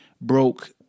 broke